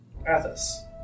Athos